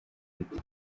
bite